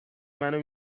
منو